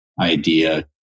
idea